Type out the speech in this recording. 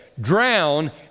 drown